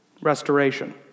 restoration